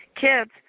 kids